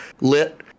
Lit